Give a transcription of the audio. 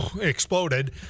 exploded